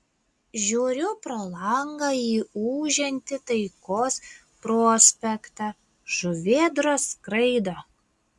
žiūriu pro langą į ūžiantį taikos prospektą žuvėdros skraido